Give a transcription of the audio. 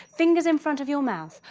fingers in front of your mouth,